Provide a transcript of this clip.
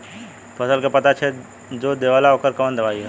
फसल के पत्ता छेद जो देवेला ओकर कवन दवाई ह?